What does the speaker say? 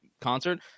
concert